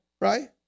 Right